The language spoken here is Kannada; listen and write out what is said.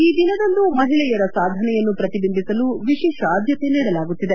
ಈ ದಿನದಂದು ಮಹಿಳೆಯರ ಸಾಧನೆಯನ್ನು ಪ್ರತಿಬಿಂಬಿಸಲು ವಿಶೇಷ ಆದ್ದತೆ ನೀಡಲಾಗುತ್ತಿದೆ